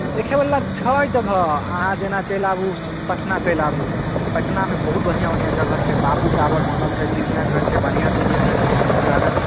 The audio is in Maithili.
देखे बला छै जगह अहाँ जेना चैलि आबू पटना चैलि आबू पटनामे बहुत बढ़िऑं बढ़िऑं जगह छै बापू टाबर बनल छै चिड़ियाँघर छै बढ़िऑं चिड़ियाँघर छै बहुत पुराना